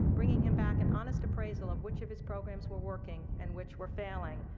bringing him back an honest appraisal of which of his programs were working and which were failing,